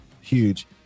huge